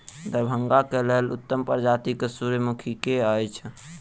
दरभंगा केँ लेल उत्तम प्रजाति केँ सूर्यमुखी केँ अछि?